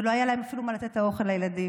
ולא היה להם אפילו מה לתת לאכול לילדים.